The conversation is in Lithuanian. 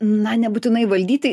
na nebūtinai valdyti